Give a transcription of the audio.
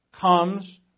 Comes